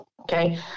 Okay